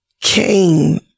Cain